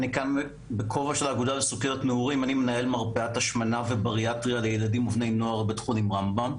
אני מנהל מרפאת השמנה ובריאטריה לילדים ובני נוער בבית חולים רמב"ם.